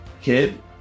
kid